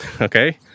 Okay